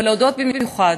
אבל להודות במיוחד